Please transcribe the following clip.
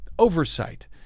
Oversight